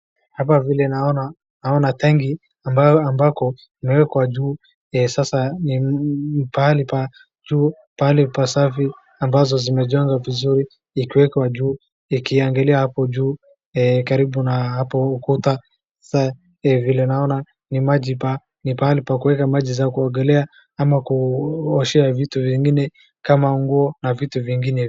Hapa vile naona, naona tangi ambayo ambako imewekwa juu ya sasa ni pahali pa juu, pahali pasafi ambazo zimejengwa vizuri ikiwekwa juu, ikiangalia hapo juu, karibu na hapo ukuta vile naona ni maji pa ni pahali pa kueka maji ya kuogelea ama kuoshea vitu vingine kama nguo na vitu vingine.